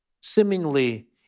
seemingly